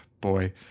Boy